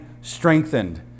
strengthened